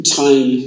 time